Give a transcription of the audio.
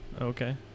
Okay